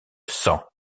sang